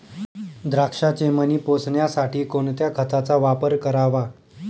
द्राक्षाचे मणी पोसण्यासाठी कोणत्या खताचा वापर करावा?